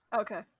Okay